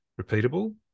repeatable